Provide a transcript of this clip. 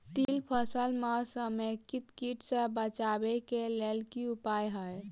तिल फसल म समेकित कीट सँ बचाबै केँ की उपाय हय?